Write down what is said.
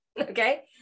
Okay